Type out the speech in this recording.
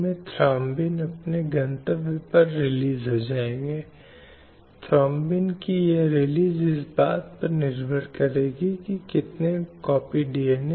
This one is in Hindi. और उसके पास पूरा अवसर और संसाधन उपलब्ध होने चाहिए जिससे वह इसका सर्वोत्तम उपयोग कर सके